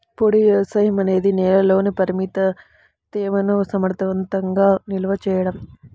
పొడి వ్యవసాయం అనేది నేలలోని పరిమిత తేమను సమర్థవంతంగా నిల్వ చేయడం